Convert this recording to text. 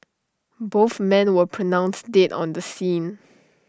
both men were pronounced dead on the scene